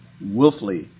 willfully